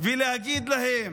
כדי להגיד להם: